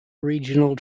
regional